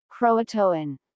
Croatoan